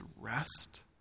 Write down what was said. rest